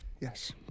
yes